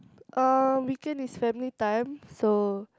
um weekend is family time so